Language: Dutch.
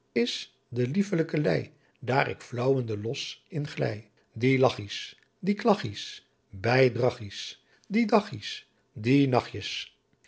is de lieflijke ly daar ik flaauwende los in gly die lachies die klaghjes by draghjes die daghjes die nachjes